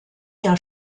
jahr